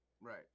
Right